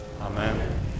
Amen